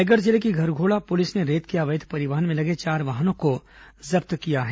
रायगढ़ जिले की घरघोड़ा पुलिस ने रेत के अवैध परिवहन में लगे चार वाहनों को जब्त किया है